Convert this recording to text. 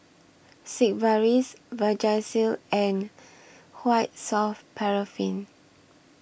Sigvaris Vagisil and White Soft Paraffin